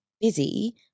busy